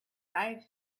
dive